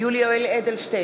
יולי יואל אדלשטיין,